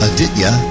Aditya